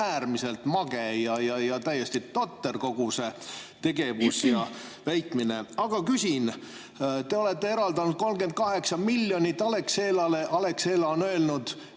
äärmiselt mage ja täiesti totter, kogu see tegevus ja väitmine? Aga küsin. Te olete eraldanud 38 miljonit Alexelale. Alexela on öelnud,